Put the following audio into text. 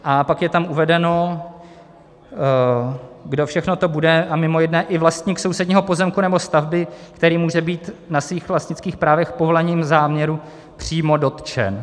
A pak je tam uvedeno, kdo všechno to bude, a mimo jiné i vlastník sousedního pozemku nebo stavby, který může být na svých vlastnických právech povolením záměru přímo dotčen.